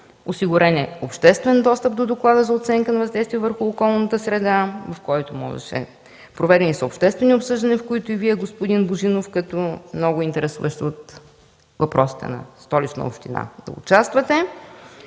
Осигурен е обществен достъп до доклада за оценка на въздействие върху околната среда. Проведени са обществени обсъждания, в които и Вие, господин Божинов, като интересуващ се от въпросите на Столичната община, можете да участвате.